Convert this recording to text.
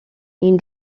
این